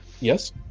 yes